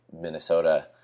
Minnesota